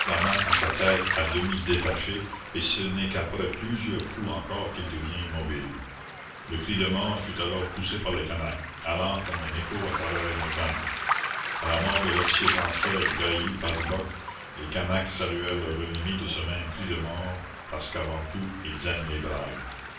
à sa tête à demidétachée et ce n'est qu'après plusieurs coups encore qu'il devient immobile le cri de mort fut alors poussé par les canaques allant comme un écho à travers les montagnes a la mort de l'officier français gally passeboc les canaques saluèrent leur ennemi de ce même cri de mort parce qu'avant tout ils aiment les braves